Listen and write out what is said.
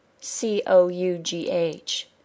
c-o-u-g-h